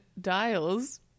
dials